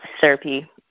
therapy